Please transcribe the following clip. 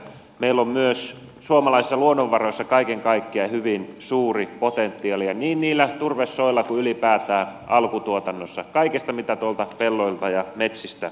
meillä on myös suomalaisissa luonnonvaroissa kaiken kaikkiaan hyvin suuri potentiaali niin niillä turvesoilla kuin myös ylipäätään alkutuotannossa kaikessa mitä tuolta pelloilta ja metsistä me voimme saada